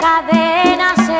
cadenas